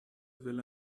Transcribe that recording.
will